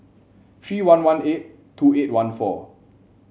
three one one eight two eight one four